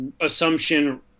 assumption